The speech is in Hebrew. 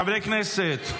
חברי הכנסת,